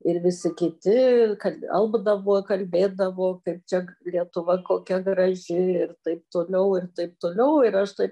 ir visi kiti kad alpdavo kalbėdavo kaip čia lietuva kokia graži ir taip toliau ir taip toliau ir aš taip